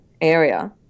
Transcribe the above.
area